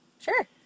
Sure